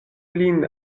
lin